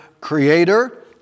creator